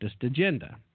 agenda